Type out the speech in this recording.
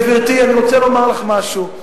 גברתי, אני רוצה לומר לך משהו.